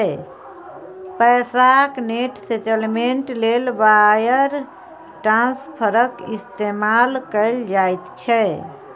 पैसाक net settlement लेल wire ट्रांस्फरक इस्तेमाल कएल जाइत छै